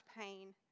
pain